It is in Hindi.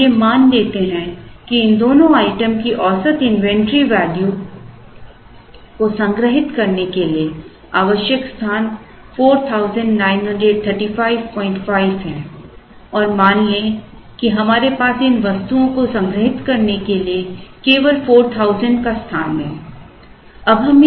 तो चलिए मान लेते हैं कि इन दोनों आइटम की औसत इन्वेंट्री वैल्यू को संग्रहीत करने के लिए आवश्यक स्थान 49355 है और मान लें कि हमारे पास इन वस्तुओं को संग्रहीत करने के लिए केवल 4000 का स्थान है